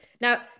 now